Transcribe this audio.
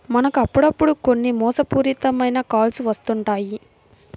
మనకు అప్పుడప్పుడు కొన్ని మోసపూరిత మైన కాల్స్ వస్తుంటాయి